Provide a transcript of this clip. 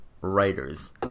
writers